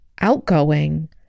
outgoing